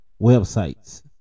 websites